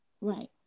Right